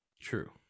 True